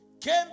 came